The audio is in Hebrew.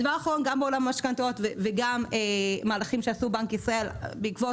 הדבר האחרון גם בעולם המשכנתאות וגם מהלכים שעשו בנק ישראל בעקבות